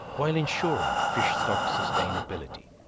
while ensuring fish stock sustainability.